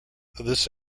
this